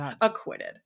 acquitted